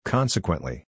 Consequently